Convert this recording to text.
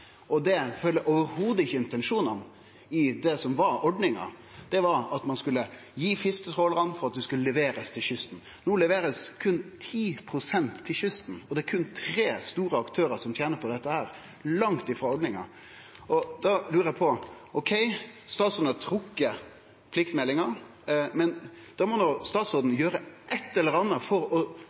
og det følgjer aldeles ikkje intensjonane i det som var ordninga, som var at ein skulle gje fisk til trålarane for at det skulle leverast til kysten. No er det berre 10 pst. som blir levert til kysten, og det er berre tre store aktørar som tener på dette – langt ifrå ordninga. Da lurer eg på: Ok, statsråden har trekt pliktmeldinga, men da må statsråden gjere eitt eller anna for å